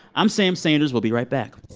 i'm sam sanders. we'll be right back